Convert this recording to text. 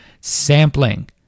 sampling